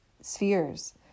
spheres